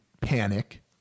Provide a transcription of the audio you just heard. panic